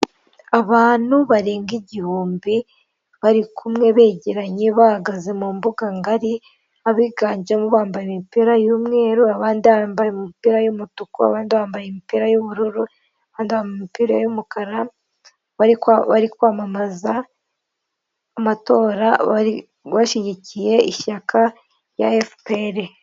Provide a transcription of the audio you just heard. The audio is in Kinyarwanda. Abantu barenga igihumbi bari kumwe begeye bahagaze mu mbuga ngari, abiganjemo bambaye imipira y'umweru, abandi bambaye imipira y'umutuku, abandi bambaye imipira y'ubururu n'imipira y'umukara bari bari kwamamaza amatora bashyigikiye ishyaka rya FPR.